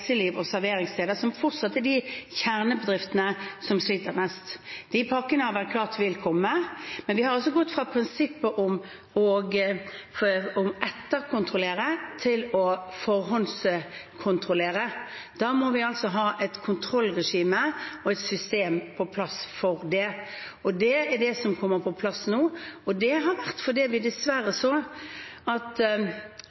og serveringssteder, som fortsatt er de kjernebedriftene som sliter mest. De pakkene har det vært klart ville komme, men vi har gått fra prinsippet om å etterkontrollere til å forhåndskontrollere. Da må vi ha et kontrollregime og et system på plass for det. Det er det som kommer på plass nå, og det er fordi vi dessverre